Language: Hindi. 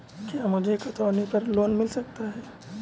क्या मुझे खतौनी पर लोन मिल सकता है?